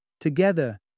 Together